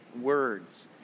words